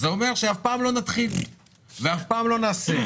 אז זה אומר שאף פעם לא נתחיל ואף פעם לא נעשה,